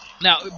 Now